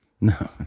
No